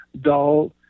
dull